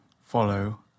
follow